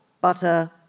butter